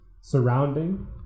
surrounding